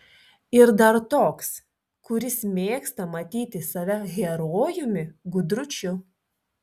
ir dar toks kuris mėgsta matyti save herojumi gudručiu